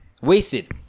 Wasted